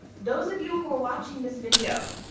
those of you who are watching this video,